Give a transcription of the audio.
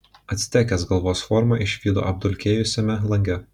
actekės galvos formą išvydo apdulkėjusiame lange